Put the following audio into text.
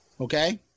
Okay